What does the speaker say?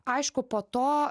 aišku po to